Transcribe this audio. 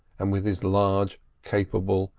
and with his large, capable,